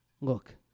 look